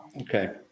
Okay